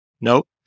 Nope